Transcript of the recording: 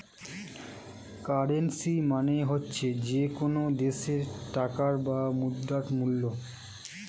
currency মানে হচ্ছে যে কোনো দেশের টাকার বা মুদ্রার মূল্য